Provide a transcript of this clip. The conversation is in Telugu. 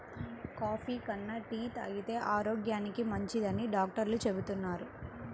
కాఫీ కన్నా టీ తాగితేనే ఆరోగ్యానికి మంచిదని డాక్టర్లు చెబుతున్నారు